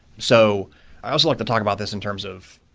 so i also like to talk about this in terms of